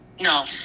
no